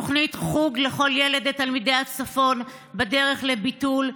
תוכנית חוג לכל ילד לתלמידי הצפון בדרך לביטול,